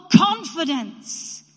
confidence